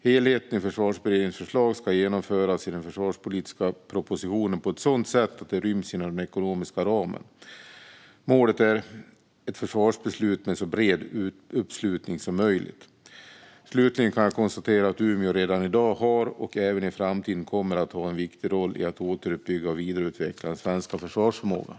Helheten i Försvarsberedningens förslag ska genomföras i den försvarspolitiska propositionen på ett sådant sätt att det ryms inom den ekonomiska ramen. Målet är ett försvarsbeslut med så bred uppslutning som möjligt. Slutligen kan jag konstatera att Umeå redan i dag har och även i framtiden kommer att ha en viktig roll i att återuppbygga och vidareutveckla den svenska försvarsförmågan.